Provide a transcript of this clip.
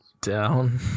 down